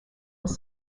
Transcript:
was